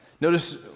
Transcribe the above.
notice